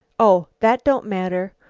oh that don't matter.